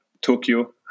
Tokyo